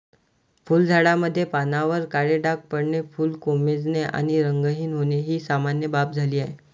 फुलझाडांमध्ये पानांवर काळे डाग पडणे, फुले कोमेजणे आणि रंगहीन होणे ही सामान्य बाब झाली आहे